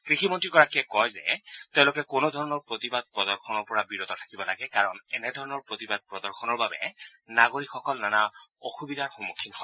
কৃষিমন্ত্ৰীগৰাকীয়ে কয় যে তেওঁলোকে কোনো ধৰণৰ প্ৰতিবাদ প্ৰদৰ্শনৰ পৰা বিৰত থাকিব লাগে কাৰণ এনেধৰণৰ প্ৰতিবাদ প্ৰদৰ্শনৰ বাবে নাগৰিকসকল নানা অসুবিধাৰ সন্মুখীন হয়